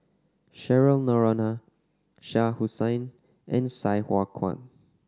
Cheryl Noronha Shah Hussain and Sai Hua Kuan